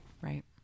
Right